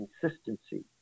consistency